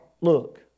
Look